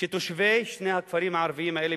שתושבי שני הכפרים הערביים האלה,